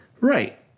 Right